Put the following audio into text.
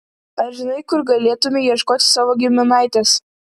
ar žinai kur galėtumei ieškoti savo giminaitės